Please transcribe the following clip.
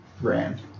ran